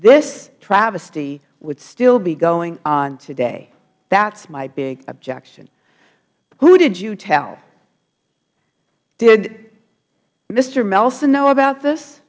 this travesty would still be going on today that's my big objection who did you tell did mr hmelson know about this